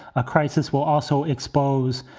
a crisis will also expose,